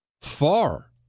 far